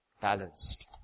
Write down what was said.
balanced